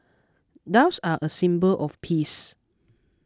doves are a symbol of peace